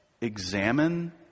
examine